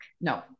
No